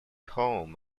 home